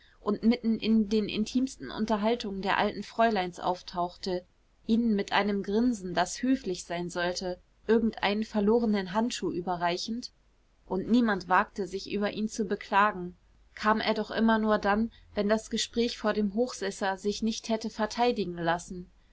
und mitten in den intimsten unterhaltungen der alten fräuleins auftauchte ihnen mit einem grinsen das höflich sein sollte irgendeinen verlorenen handschuh überreichend und niemand wagte sich über ihn zu beklagen kam er doch immer nur dann wenn das gespräch vor dem hochsesser sich nicht hätte verteidigen lassen